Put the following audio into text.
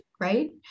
right